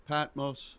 Patmos